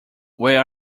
where